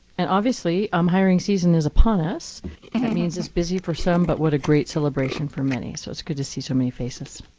and obviously, i'm hiring season is upon us. that means it's busy for some, but what a great celebration for many. so it's good to see so many faces.